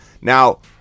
Now